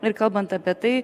ir kalbant apie tai